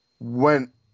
went